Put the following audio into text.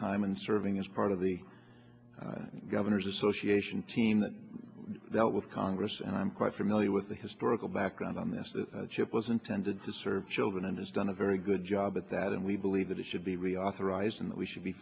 time and serving as part of the governor's association team that dealt with congress and i'm quite familiar with the historical background on this ship was intended to serve children and has done a very good job at that and we believe that it should be reauthorized and we should be